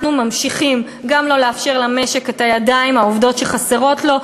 ממשיכים גם לא לאפשר למשק את הידיים העובדות שחסרות לו,